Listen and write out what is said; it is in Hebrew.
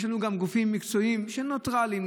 יש לנו גם גופים מקצועיים שהם ניטרליים,